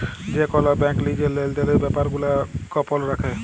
যে কল ব্যাংক লিজের লেলদেলের ব্যাপার গুলা গপল রাখে